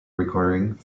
requiring